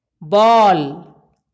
Ball